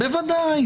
בוודאי.